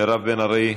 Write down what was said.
מירב בן ארי,